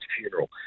funeral